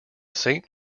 saint